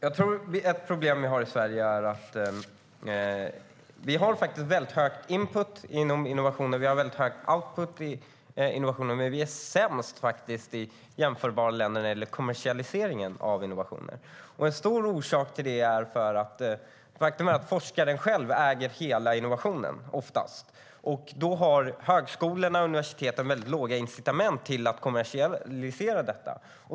Herr talman! Vi har i Sverige väldigt hög input och output inom innovation, men ett problem vi har är att vi är sämst bland jämförbara länder när det gäller kommersialisering av innovationer. En betydande orsak till detta är att forskaren oftast äger hela innovationen själv. Då har högskolorna och universiteten väldigt låga incitament till att kommersialisera den.